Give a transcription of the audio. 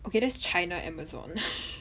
okay that's china amazon